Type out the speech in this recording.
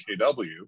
KW